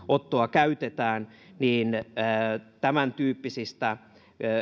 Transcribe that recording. käytetään kun on tämäntyyppisistä